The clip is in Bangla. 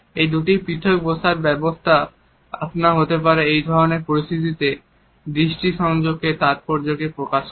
এই দুটি পৃথক বসার ব্যবস্থা আপনা হতে এ ধরনের পরিস্থিতিতে দৃষ্টি সংযোগ এর তাৎপর্যকে প্রকাশ করে